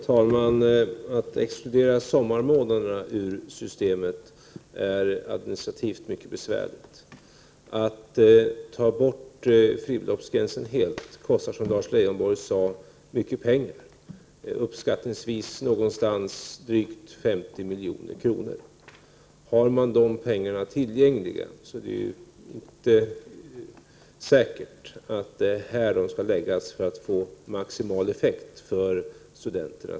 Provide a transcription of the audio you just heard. Herr talman! Att exkludera sommarmånaderna i systemet är verkligen mycket besvärligt. Att helt ta bort fribeloppsgränsen kostar, som Lars Leijonborg sade, mycket pengar, uppskattningsvis drygt 50 milj.kr. Om de pengarna finns tillgängliga, är det inte säkert att de skall användas på det sättet för att ge maximal effekt för studenterna.